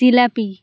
jalebi